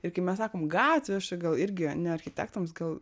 ir kai mes sakom gatvė aš čia gal irgi ne architektams gal